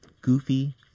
goofy